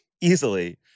Easily